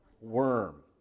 worm